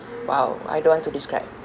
!wow! I don't want to describe